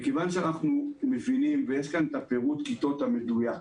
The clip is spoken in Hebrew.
מכיוון שאנחנו מבינים ויש כאן את פירוט הכיתות המדויק,